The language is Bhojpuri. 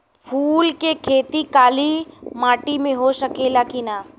फूल के खेती काली माटी में हो सकेला की ना?